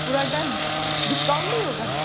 پورا ڈن ڈسکاؤنٹ نہیں ہوگا